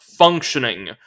functioning